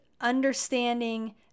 understanding